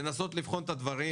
כדי לנסות לבחון את הדברים.